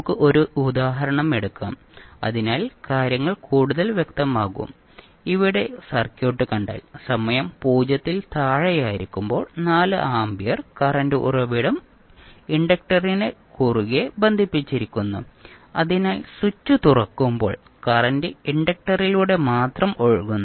നമുക്ക് 1 ഉദാഹരണം എടുക്കാം അതിനാൽ കാര്യങ്ങൾ കൂടുതൽ വ്യക്തമാകും ഇവിടെ സർക്യൂട്ട് കണ്ടാൽ സമയം 0 ൽ താഴെയായിരിക്കുമ്പോൾ 4 ആമ്പിയർ കറന്റ് ഉറവിടം ഇൻഡക്ടറിന് കുറുകെ ബന്ധിപ്പിച്ചിരിക്കുന്നു അതിനാൽ സ്വിച്ച് തുറക്കുമ്പോൾ കറന്റ് ഇൻഡക്റ്ററിലൂടെ മാത്രം ഒഴുകുന്നു